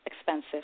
Expensive